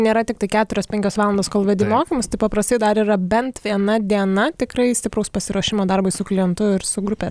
nėra tiktai keturios penkios valandos kol vedi mokymus tai paprastai dar yra bent viena diena tikrai stipraus pasiruošimo darbui su klientu ir su grupe